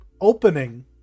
opening